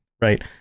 right